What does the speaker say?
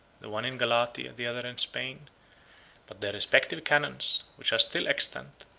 the one in galatia, the other in spain but their respective canons, which are still extant,